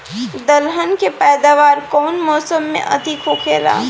दलहन के पैदावार कउन मौसम में अधिक होखेला?